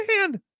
man